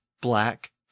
black